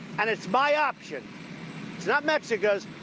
and it's my option. it's not mexico's.